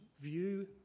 view